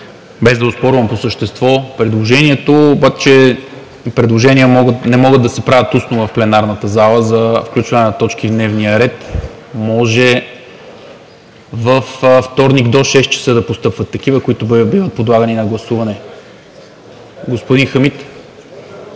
Без да оспорвам по същество предложението, но предложения не могат да се правят устно в пленарната зала за включване на точки в дневния ред. Такива може във вторник до 18,00 ч. да постъпват, които биват подлагани на гласуване. Господин Хамид.